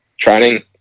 training